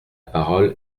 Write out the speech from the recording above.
parole